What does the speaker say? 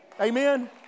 Amen